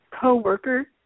co-worker